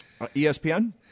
ESPN